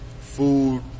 food